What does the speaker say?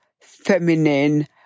feminine